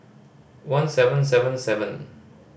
one seven seven seven